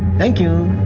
thank you.